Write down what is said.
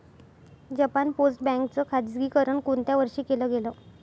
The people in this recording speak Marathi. जपान पोस्ट बँक च खाजगीकरण कोणत्या वर्षी केलं गेलं?